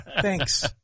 thanks